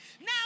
Now